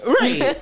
right